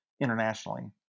internationally